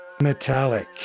metallic